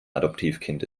adoptivkind